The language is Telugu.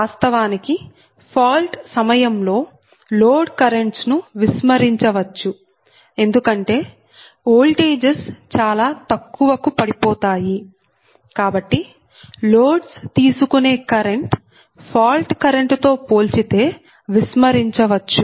వాస్తవానికి ఫాల్ట్ సమయంలో లోడ్ కరెంట్స్ ను విస్మరించవచ్చు ఎందుకంటే ఓల్టేజెస్ చాలా తక్కువ కు పడిపోతాయి కాబట్టి లోడ్స్ తీసుకునే కరెంట్ ఫాల్ట్ కరెంట్ తో పోల్చితే విస్మరించవచ్చు